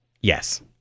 Yes